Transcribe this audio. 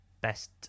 best